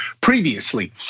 previously